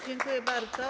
Dziękuję bardzo.